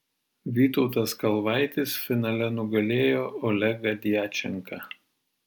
vytautas kalvaitis finale nugalėjo olegą djačenką